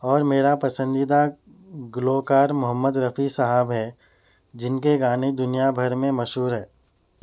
اور میرا پسندیدہ گلوکار محمد رفیع صاحب ہے جن کے گانے دنیا بھر میں مشہور ہے